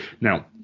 Now